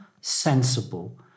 sensible